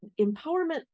empowerment